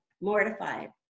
mortified